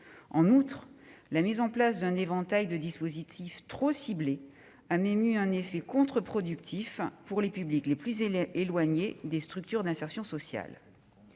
financière. La mise en place d'un éventail de dispositifs trop ciblés a même eu un effet contre-productif pour les publics les plus éloignés des structures d'insertion sociale.